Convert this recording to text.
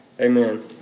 Amen